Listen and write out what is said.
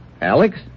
Alex